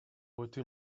voter